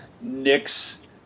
Knicks